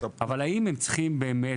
האם הם צריכים באמת,